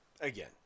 again